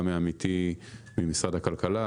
גם מעמיתי ממשרד הכלכלה,